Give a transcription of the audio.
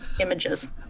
images